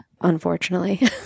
unfortunately